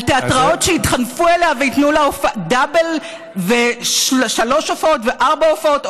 על תיאטראות שיתחנפו אליה וייתנו לה דאבל ושלוש הופעות וארבע הופעות,